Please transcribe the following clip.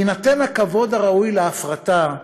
עם מתן הכבוד הראוי להפרטה,